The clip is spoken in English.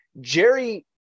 Jerry